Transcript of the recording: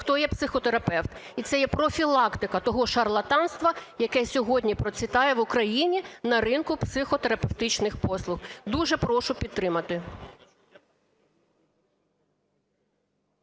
хто є психотерапевт. І це є профілактика того шарлатанства, яке сьогодні процвітає в Україні на ринку психотерапевтичних послуг. Дуже прошу підтримати.